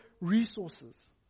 resources